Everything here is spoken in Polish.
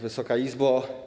Wysoka Izbo!